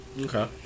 Okay